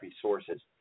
sources